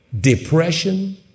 depression